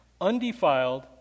undefiled